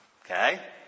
Okay